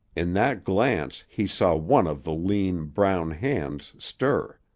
in that glance he saw one of the lean, brown hands stir.